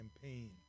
campaign